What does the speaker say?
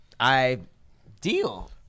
ideal